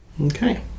Okay